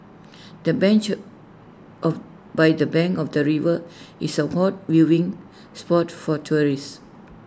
the bench of by the bank of the river is A hot viewing spot for tourists